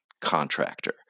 contractor